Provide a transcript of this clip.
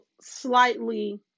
slightly